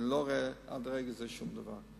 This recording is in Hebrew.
אני לא רואה עד לרגע זה שום דבר.